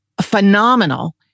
phenomenal